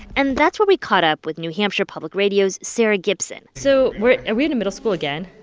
and that's when we caught up with new hampshire public radio's sarah gibson so we're are we in a middle school again?